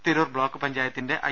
Tirur block പഞ്ചായത്തിന്റെ I